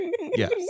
Yes